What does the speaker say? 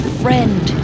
friend